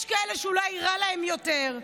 יש כאלה שאולי רע להם יותר.